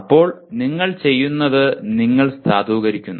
അപ്പോൾ നിങ്ങൾ ചെയ്യുന്നത് നിങ്ങൾ സാധൂകരിക്കുന്നു